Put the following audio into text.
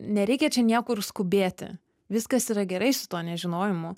nereikia čia niekur skubėti viskas yra gerai su tuo nežinojimu